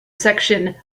section